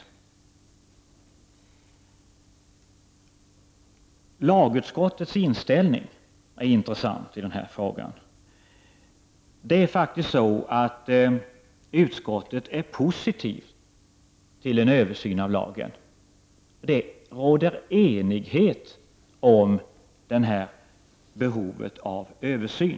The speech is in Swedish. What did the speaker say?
Lagutskottets inställning i den här frågan är intressant. Utskottet är faktiskt positivt till en översyn av lagen. Det råder enighet om behovet av översyn.